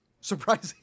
surprising